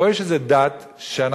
פה יש איזה כפייה דתית של דת הסביבה.